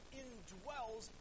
indwells